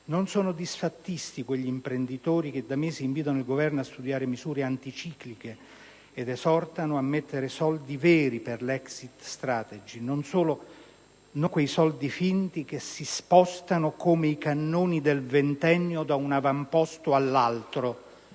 Non sono disfattisti quegli imprenditori che da mesi invitano il Governo a studiare misure anticicliche ed esortano a mettere soldi veri per l'*exit strategy*, non quei soldi finti che si spostano come i cannoni del Ventennio da un avamposto all'altro.